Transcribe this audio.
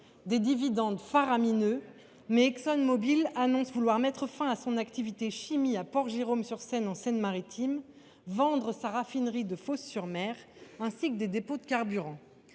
des dividendes faramineux, ExxonMobil annonce vouloir mettre fin à ses activités chimiques à Port Jérôme sur Seine, en Seine Maritime, et vendre sa raffinerie de Fos sur Mer, ainsi que des dépôts de carburant.